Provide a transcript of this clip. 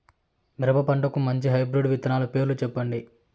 మిరప పంటకు మంచి హైబ్రిడ్ విత్తనాలు పేర్లు సెప్పండి?